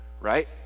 right